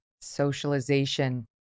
socialization